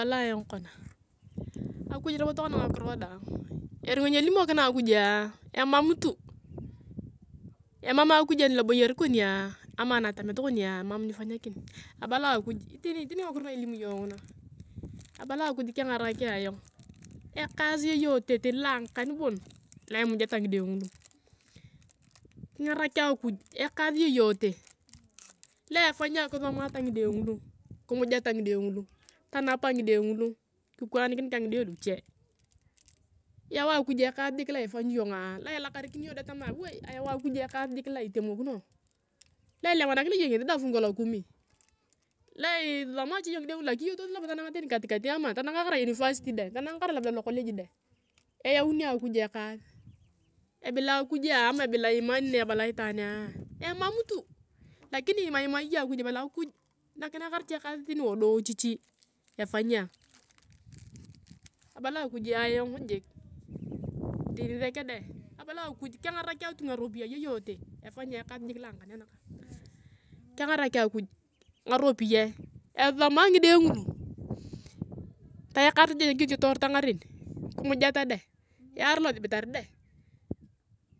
Abala ayong kona, akuj robo tokona ngakiro daang eringa nyelimokina akujaa emam tu, emam akuj aloboyeer koniaa ama anatamet konia mom nifanyakin, abala ayong akuj iteni teni ngakiro na ilem iyong ng’uni abala ayong akuj kengarak ayong ekaas yeyote tani loa ngakan bon loa imejeta ngide ngulu, kingarak ayong ekaas yeyote loa afanyia kisomata ngide ngulu, kimujeta ngide ngulu tanapa ngide mgulu, kikwanikinetor ka ngide luche, yau akuj ekaas jik laa ifanyi iyongu loa ilakarikin iyong tamaa wooe eyau akuj jik ekaas loa itemokino loa ilemanakinea iyong ngesi deng fungu la kumi loa isisoma iyong cha ngide ngula kiyotosi labda tananga tani katikat ama tunang kerai university dang tananga kerai lokej deng eyauni akuj ekaas. Bila akujua ama bila imani na ebala itwaanea emam tu, lakini imaimai iyong akuj ibala akuj nakinaa karecha ekaas tani wadiochichi efanyi ayongo. Abalang akuj ayong hil teni sek deng abalang akuj kengarat ayong ngakopiyae yeyote efany ayong ekaasi jik loa ngakam a nakang. Kengarak akuj ngaropiyae esisoma ngide ngulu tayakai kiyotoreta ngaren, kimujeta deng, yarere losibatire deng.